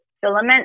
filament